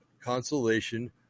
consolation